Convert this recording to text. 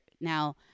Now